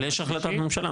אבל יש החלטת ממשלה,